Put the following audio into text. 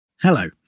Hello